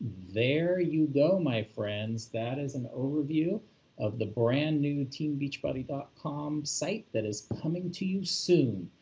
there you go, my friends, that is an overview of the brand new teambeachbody dot com site that is coming to you soon.